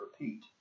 repeat